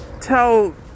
tell